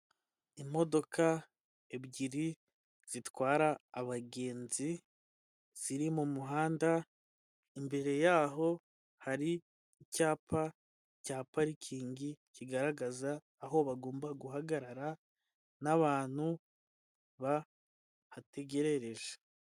Imodoka ebyiri zitwara abagenzi ziri mu muhanda imbere yaho hari icyapa cya parikingi kigaragaza aho bagomba guhagarara n'abantu bahategerereje.